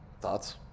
Thoughts